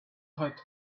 hot